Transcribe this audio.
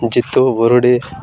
Jitu Barudi